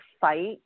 fight